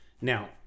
now